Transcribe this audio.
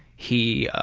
he,